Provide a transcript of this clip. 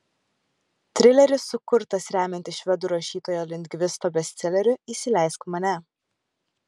trileris sukurtas remiantis švedų rašytojo lindgvisto bestseleriu įsileisk mane